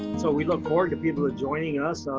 so we look forward to people joining us.